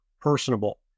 personable